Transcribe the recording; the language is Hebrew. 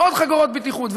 עוד חגורות בטיחות,